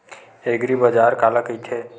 एग्रीबाजार काला कइथे?